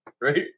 right